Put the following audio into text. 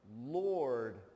Lord